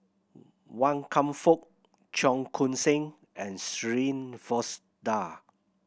Wan Kam Fook Cheong Koon Seng and Shirin Fozdar